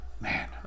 Man